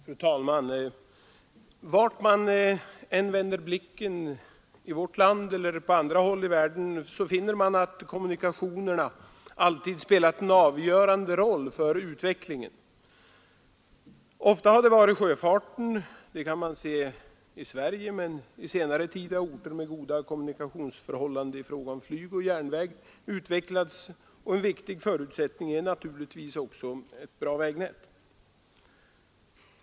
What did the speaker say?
Fru talman! Vart man än vänder blicken i vårt land eller på andra håll i världen finner man att kommunikationerna alltid spelat en avgörande roll för utvecklingen. Ofta har det varit sjöfarten, det kan man se i Sverige. Men under senare tid har orter med goda kommunikationsförhållanden i fråga om flyg och järnväg utvecklats. En viktig förutsättning är naturligtvis också ett bra vägnät.